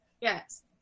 Yes